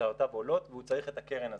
הוצאותיו עולות והוא צריך את הקרן הזאת.